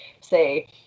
say